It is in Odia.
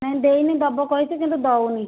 ନାହିଁ ଦେଇନି ଦେବ କହିଛି କିନ୍ତୁ ଦେଉନି